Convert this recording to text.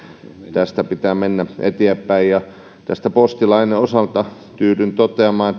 tästä pitää mennä eteenpäin postilain osalta tyydyn toteamaan